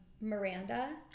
Miranda